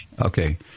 Okay